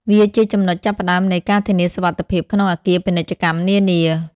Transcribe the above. វាជាចំណុចចាប់ផ្តើមនៃការធានាសុវត្ថិភាពក្នុងអគារពាណិជ្ជកម្មនានា។